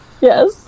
yes